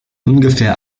ungefähr